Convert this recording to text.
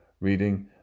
reading